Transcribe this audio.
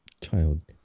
child